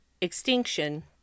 Extinction